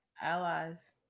allies